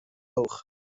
oog